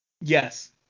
Yes